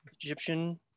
egyptian